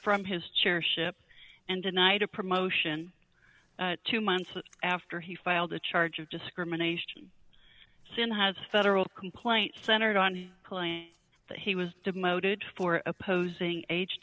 from his chair ship and denied a promotion two months after he filed a charge of discrimination sin has federal complaint centered on that he was demoted for opposing age